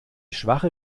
schwache